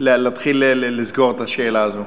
להתחיל לסגור את השאלה הזו.